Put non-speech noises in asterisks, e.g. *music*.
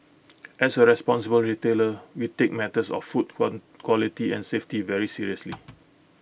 as A responsible retailer we take matters of food *unintelligible* quality and safety very seriously